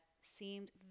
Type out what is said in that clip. seemed